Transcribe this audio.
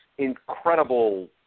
incredible